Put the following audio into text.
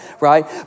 right